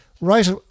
right